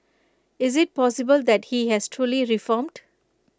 is IT possible that he has truly reformed